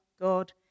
God